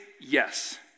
yes